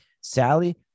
Sally